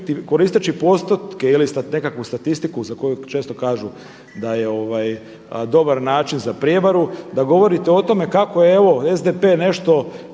koristeći postotke ili nekakvu statistiku za koju često kažu da je dobar način za prijevaru, da govorite kako evo SDP nešto